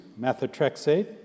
Methotrexate